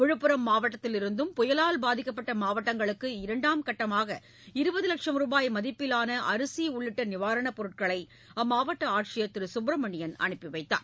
விழுப்புரம் மாவட்டத்திலிருந்தும் புயலால் பாதிக்கப்பட்ட மாவட்டங்களுக்கு இரண்டாம் கட்டமாக இருபது லட்சும் ரூபாய் மதிப்பிவான அரிசி உள்ளிட்ட நிவாரண பொருட்களை அம்மாவட்ட ஆட்சியர் திரு சுப்பிரமணியன் அனுப்பி வைத்தார்